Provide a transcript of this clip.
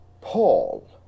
paul